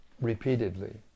repeatedly